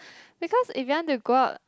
because if you want to go out